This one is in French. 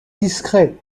discret